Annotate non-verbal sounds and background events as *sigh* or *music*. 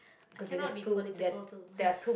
i cannot be political too *laughs*